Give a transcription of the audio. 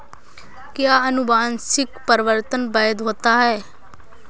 क्या अनुवंशिक परिवर्तन वैध होता है?